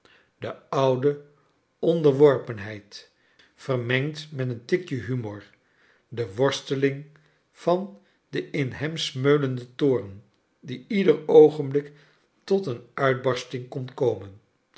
de oude onderworpenheid verrnengd met een tikje humor de worsteling van den in hem smeulenden toorn die ieder oogenblik tot een uitbarsting kon komen